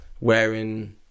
wearing